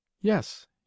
Yes